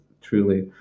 truly